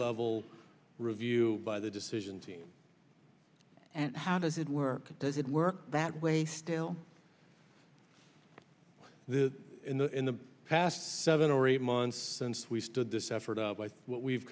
level review by the decision team and how does it work does it work that way still there in the past seven or eight months since we've stood this effort by what we've